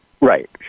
Right